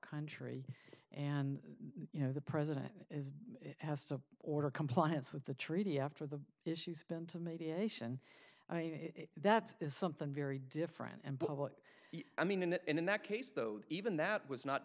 country and you know the president is has to order compliance with the treaty after the issues been to mediation that is something very different and public i mean in that in that case though even that was not